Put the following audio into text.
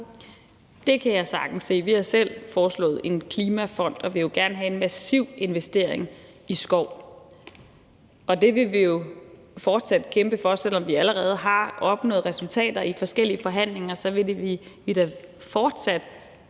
Det kan jeg sagtens se. Vi har selv foreslået en klimafond, og vi vil jo gerne have en massiv investering i skov. Og det vil vi fortsat kæmpe for; selv om vi allerede har opnået resultater i forskellige forhandlinger, vil vi da fortsat